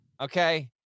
Okay